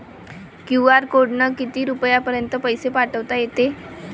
QR कोडनं किती रुपयापर्यंत पैसे पाठोता येते?